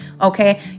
Okay